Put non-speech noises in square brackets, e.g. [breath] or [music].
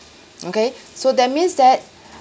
mm K so that means that [breath]